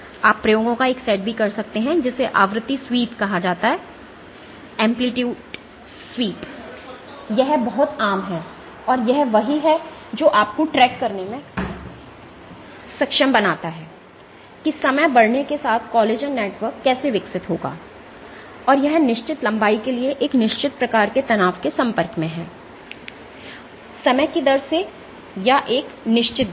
आप प्रयोगों का एक और सेट भी कर सकते हैं जिसे आवृत्ति स्वीप कहा जाता है यह बहुत आम है और यही वह है जो आपको ट्रैक करने में सक्षम बनाता है कि समय बढ़ने के साथ कोलेजन नेटवर्क कैसे विकसित होगा और यह निश्चित लंबाई के लिए एक निश्चित प्रकार के तनाव के संपर्क में है समय की दर से या एक निश्चित दर पर